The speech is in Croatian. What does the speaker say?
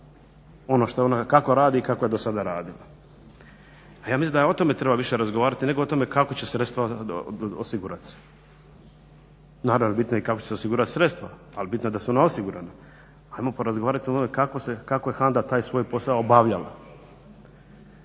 rad HANDA-e, kako radi i kako je do sada radila. Ja mislim da je tome treba više razgovarati nego o tome kako će sredstva osigurati se. Naravno bitno je i kako će se osigurati sredstva, ali bitno je da su ona osigurana. Ajmo porazgovarat o onome kako je HANDA taj svoj posao obavljala.